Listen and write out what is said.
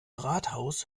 rathaus